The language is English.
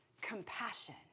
compassion